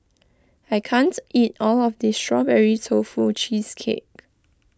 I can't eat all of this Strawberry Tofu Cheesecake